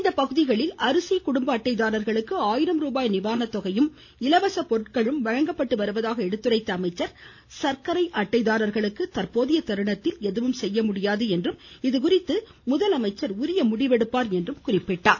இப்பகுதிகளில் அரிசி குடும்ப அட்டை தாரர்களுக்கு ஆயிரம் ருபாய் நிவாரண தொகையும் இலவச பொருட்களும் வழங்கப்பட்டு வருவதாக எடுத்துரைத்த அவர் சர்க்கரை அட்டை தாரர்களுக்கு தற்போதைய தருணத்தில் எதுவும் செய்ய முடியாது என்றும் இதுகுறித்து முதலமைச்சர் முடிவெடுப்பார் என்றும் குறிப்பிட்டார்